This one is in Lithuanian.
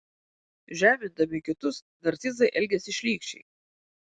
žemindami kitus narcizai elgiasi šlykščiai